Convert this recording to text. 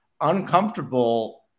uncomfortable